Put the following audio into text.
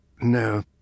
no